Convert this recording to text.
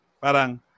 Parang